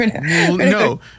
no